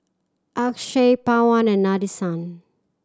Akshay Pawan and Nadesan